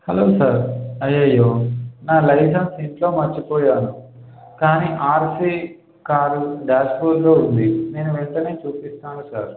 hello sir అయ్యాయో నా licence ఇంట్లో మర్చిపోయాను కానీ ఆర్సీ కార్డు బ్యాక్ సిట్లో ఉంది నేను వెంటనే చూపిస్తాను సార్